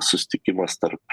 susitikimas tarp